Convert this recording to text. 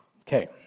Okay